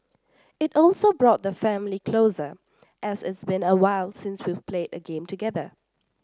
it also brought the family closer as it's been awhile since we've played a game together